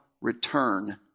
return